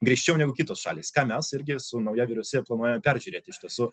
griežčiau negu kitos šalys ką mes irgi su nauja vyriausybe planuojam peržiūrėti iš tiesų